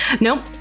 Nope